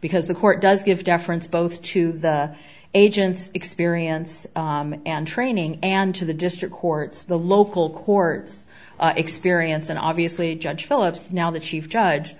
because the court does give deference both to the agent's experience and training and to the district courts the local courts experience and obviously judge phillips now the chief judge